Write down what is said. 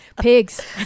Pigs